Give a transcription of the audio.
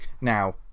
now